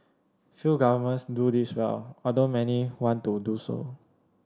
few governments do this well although many want to do so